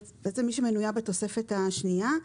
מי שמנויה בתוספת השנייה,